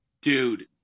Dude